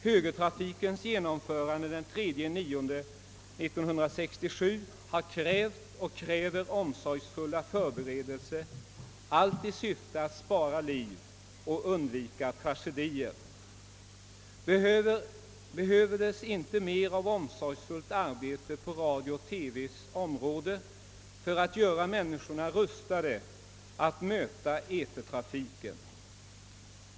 Högertrafikens genomförande den 3 september 1967 har krävt och kräver omsorgsfulla förberedelser, allt i syfte att spara liv och att undvika tragedier. Behövs det inte mer av omsorgsfullt arbete på radio—TV:s område för att göra människorna rustade att möta eter trafiken.